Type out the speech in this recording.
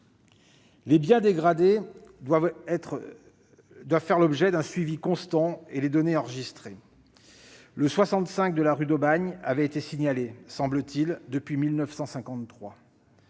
Les biens dégradés doivent faire l'objet d'un suivi constant, avec données enregistrées. L'immeuble du 65 de la rue d'Aubagne à Marseille avait été signalé, semble-t-il, depuis 1953